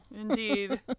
Indeed